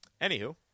Anywho